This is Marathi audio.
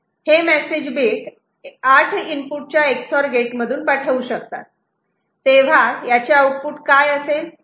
हे मेसेज बीट 8 इनपुट च्या Ex OR गेटमधून पाठवू शकतात तेव्हा याचे आउटपुट काय असेल